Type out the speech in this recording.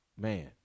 man